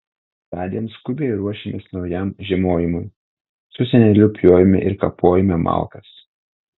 tądien skubiai ruošėmės naujam žiemojimui su seneliu pjovėme ir kapojome malkas